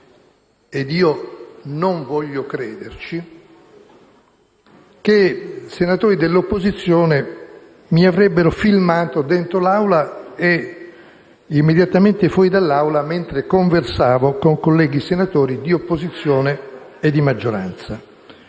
ed io non voglio crederci - che senatori dell'opposizione mi avrebbero filmato dentro l'Aula e immediatamente fuori dall'Aula mentre conversavo con colleghi senatori di opposizione e di maggioranza.